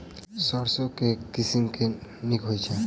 सैरसो केँ के किसिम नीक होइ छै?